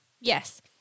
yes